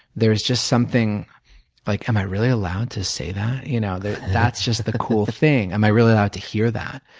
there's just something like, am i really allowed to say that? you know that's just the cool thing. am i really allowed to hear that?